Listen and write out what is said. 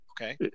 okay